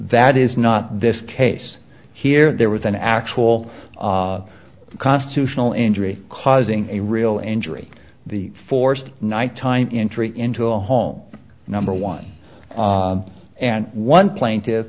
that is not this case here there was an actual constitutional injury causing a real injury the forced nighttime entry into a home number one and one plainti